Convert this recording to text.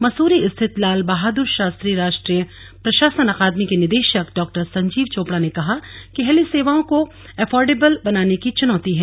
मसूरी स्थित लाल बहादुर शास्त्री राष्ट्रीय प्रशासन अकादमी के निदेशक डा संजीव चोपड़ा ने कहा कि हेली सेवाओं को एफोर्डेबल बनाने की चुनौती है